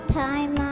time